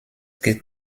geht